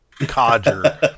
Codger